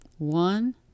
One